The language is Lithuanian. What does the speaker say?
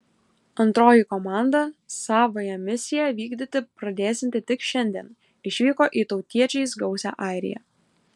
antroji komanda savąją misiją vykdyti pradėsianti tik šiandien išvyko į tautiečiais gausią airiją